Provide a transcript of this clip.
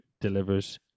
delivers